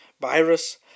virus